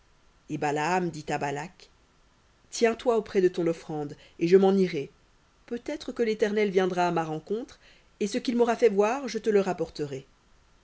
et balaam dit à balak tiens-toi auprès de ton offrande et je m'en irai peut-être que l'éternel viendra à ma rencontre et ce qu'il m'aura fait voir je te le rapporterai